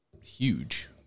huge